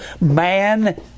man